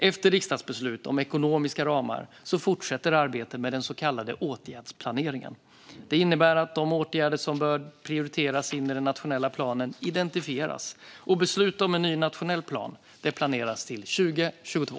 Efter riksdagsbeslut om ekonomiska ramar fortsätter arbetet med den så kallade åtgärdsplaneringen. Den innebär att de åtgärder som bör prioriteras in i den nationella planen identifieras. Beslut om en ny nationell plan planeras till 2022.